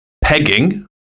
Pegging